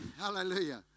Hallelujah